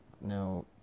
Now